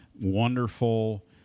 wonderful